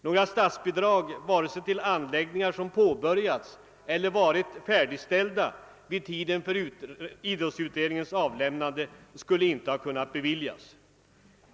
Några statsbidrag skulle inte ha kunnat beviljas vare sig till anläggningar som påbörjats eller var färdigställda vid tiden för idrottsutredningens avlämnande.